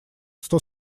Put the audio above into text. сто